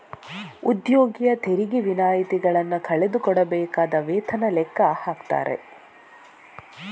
ಉದ್ಯೋಗಿಯ ತೆರಿಗೆ ವಿನಾಯಿತಿಗಳನ್ನ ಕಳೆದು ಕೊಡಬೇಕಾದ ವೇತನ ಲೆಕ್ಕ ಹಾಕ್ತಾರೆ